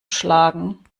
schlagen